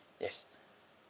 yes